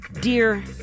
Dear